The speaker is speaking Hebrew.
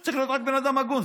צריך להיות רק בן אדם הגון.